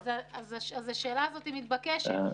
אז השאלה הזו מתבקשת.